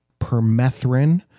Permethrin